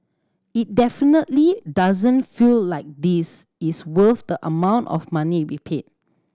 it definitely doesn't feel like this is worth the amount of money we paid